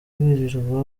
birirwa